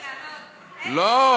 הם עונים על כל שאלה, לא.